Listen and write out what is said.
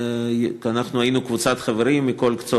ואנחנו היינו קבוצת חברים מכל קצות